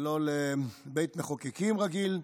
לא לבית מחוקקים רגיל,